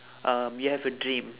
um you have a dream